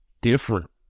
different